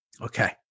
Okay